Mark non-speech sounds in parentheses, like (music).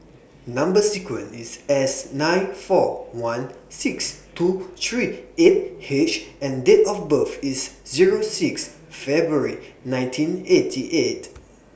Number sequence IS S nine four one six two three eight H and Date of birth IS Zero six February nineteen eighty eight (noise)